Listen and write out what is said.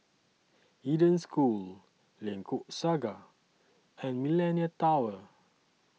Eden School Lengkok Saga and Millenia Tower